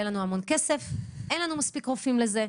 לנו המון כסף ואין לנו מספיק רופאים לזה,